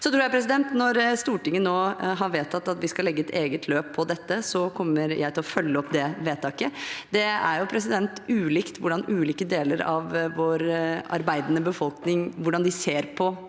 Når Stortinget nå har vedtatt at vi skal legge et eget løp for dette, kommer jeg til å følge opp det vedtaket. Det er ulikt hvordan ulike deler av vår arbeidende befolkning ser på